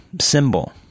symbol